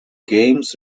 games